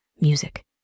music